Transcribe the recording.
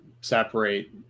separate